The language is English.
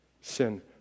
Sin